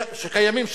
שקיימים שם,